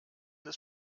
des